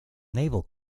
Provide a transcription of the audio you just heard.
naval